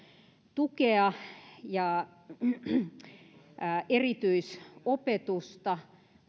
tukea ja erityisopetusta